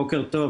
בוקר טוב.